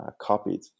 copied